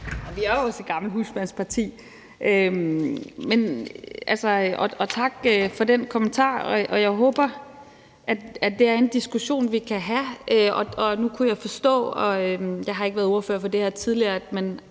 Vi er jo også et gammelt husmandsparti. Tak for den kommentar. Jeg håber, at det her er en diskussion, vi kan have. Jeg har ikke været ordfører for det her tidligere,